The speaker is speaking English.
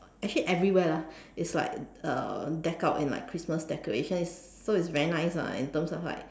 actually everywhere lah it's like uh decked out in like Christmas decoration it's so it's very nice lah in terms of like